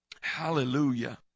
Hallelujah